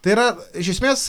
tai yra iš esmės